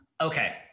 Okay